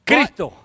Cristo